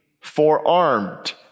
forearmed